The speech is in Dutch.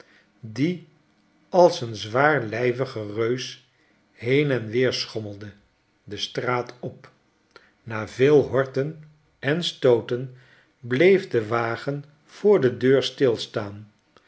die als een zwaarlijvige reus heen en weer schommelde de straat op na veel horten en stooten bleef de wagen voor de deur stilstaan